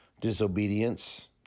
disobedience